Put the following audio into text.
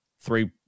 three